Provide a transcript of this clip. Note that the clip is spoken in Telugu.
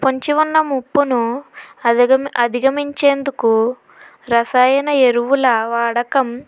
పొంచి ఉన్న ముప్పును అదిగా అధిగమించేందుకు రసాయన ఎరువుల వాడకం